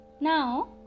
Now